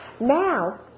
now